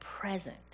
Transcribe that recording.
present